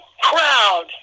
crowd